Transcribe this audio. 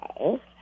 Okay